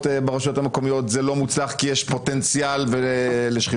ברשויות המקומיות זה לא מוצלח כי יש פוטנציאל לשחיתויות.